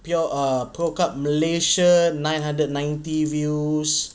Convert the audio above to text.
pure err pure cup malaysia nine hundred ninety views